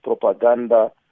propaganda